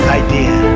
idea